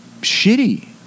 shitty